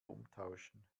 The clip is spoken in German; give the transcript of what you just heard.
umtauschen